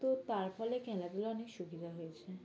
তো তার ফলে খেলাগুলোর অনেক সুবিধা হয়েছে